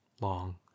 long